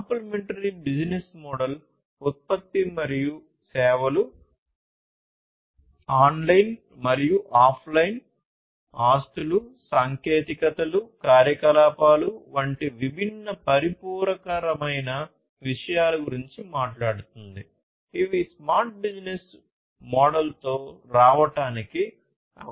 complementary business model ఉత్పత్తి మరియు సేవలు ఆన్లైన్ మరియు ఆఫ్లైన్ ఆస్తులు సాంకేతికతలు కార్యకలాపాలు వంటి విభిన్న పరిపూరకరమైన విషయాల గురించి మాట్లాడుతుంది ఇవి స్మార్ట్ బిజినెస్ మోడల్తో రావడానికి అవసరం